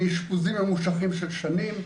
מאשפוזים ממושכים של שנים,